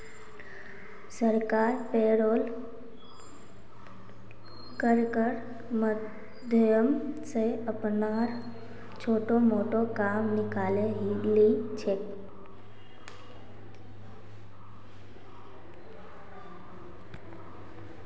सरकार पेरोल करेर माध्यम स अपनार छोटो मोटो काम निकाले ली छेक